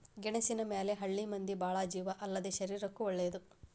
ಗೆಣಸಿನ ಮ್ಯಾಲ ಹಳ್ಳಿ ಮಂದಿ ಬಾಳ ಜೇವ ಅಲ್ಲದೇ ಶರೇರಕ್ಕೂ ವಳೇದ